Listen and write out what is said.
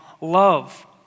Love